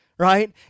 Right